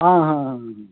आं हा हा हा